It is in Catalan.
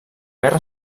guerra